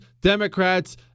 Democrats